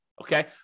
Okay